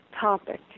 topic